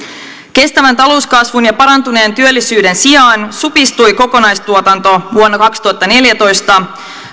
kestävän talouskasvun ja parantuneen työllisyyden sijaan supistui kokonaistuotanto vuonna kaksituhattaneljätoista